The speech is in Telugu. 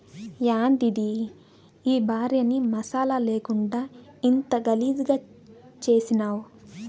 యాందిది ఈ భార్యని మసాలా లేకుండా ఇంత గలీజుగా చేసినావ్